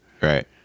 right